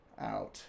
out